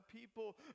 people